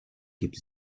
gibt